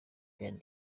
can